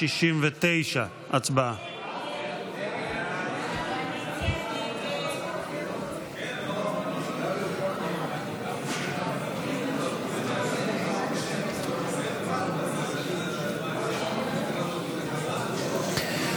הסתייגות 169. הצבעה.